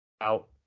out